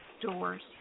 doors